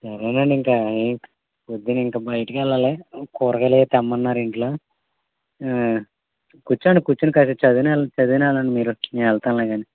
సరేనండిక ఈ పొద్దున్న ఇంక బయటకెళ్ళాలి కూరగాయలేయో తెమ్మన్నారు ఇంట్లో కూర్చోండి కూర్చొని కాసేపు చదివయినా వెళ్ళండి చదివయినా వెళ్ళండి మీరు మేము వెళ్తాములే కాని